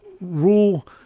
rule